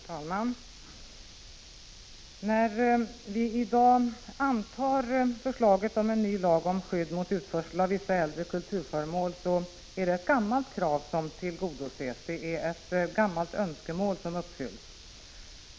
Herr talman! När vi i dag antar förslaget om en ny lag om skydd mot utförsel av vissas äldre kulturföremål, så är det ett gammalt krav som tillgodoses, ett gammalt önskemål som uppfylls.